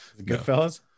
Goodfellas